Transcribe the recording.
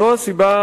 זאת הסיבה,